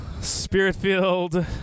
spirit-filled